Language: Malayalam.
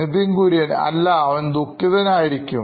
Nithin Kurian COO Knoin Electronics അല്ല അവൻ ദുഃഖിതൻ ആയിരിക്കും